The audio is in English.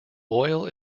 oil